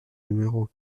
numéro